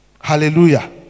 Hallelujah